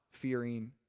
fearing